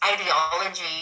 ideology